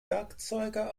werkzeuge